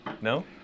No